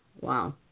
wow